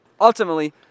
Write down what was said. ultimately